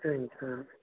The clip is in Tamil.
சரிங்க சார்